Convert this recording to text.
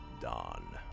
dawn